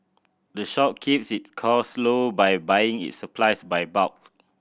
the shop keeps it cost low by buying its supplies by bulk